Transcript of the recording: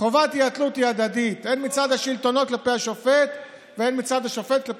של שופט זה או